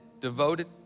devoted